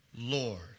Lord